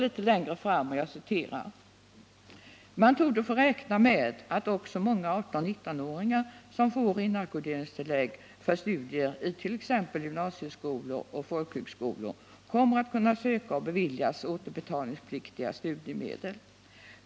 Litet längre fram heter det: ”Man torde få räkna med att också många 18-19-åringar som får inackorderingstiliägg för studier i t.ex. gymnasieskolor och folkhögskolor kommeratt kunna söka och beviljas återbetalningspliktiga medel.